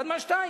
אחד מהשניים: